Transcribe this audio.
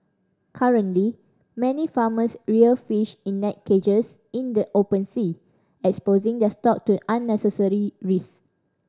currently many farmers rear fish in net cages in the open sea exposing their stock to unnecessary risk